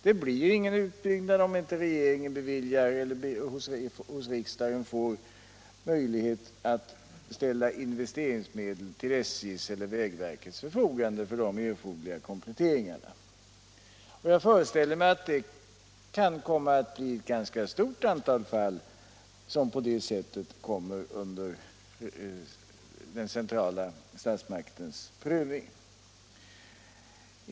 Det blir ingen utbyggnad om inte regeringen genom en framställning till riksdagen får möjlighet att ställa investeringsmedel till SJ:s eller vägverkets förfogande för de erforderliga kompletteringarna. Jag föreställer mig att det kan bli ett ganska stort antal fall som på det sättet kommer under den centrala statsmaktens prövning.